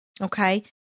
Okay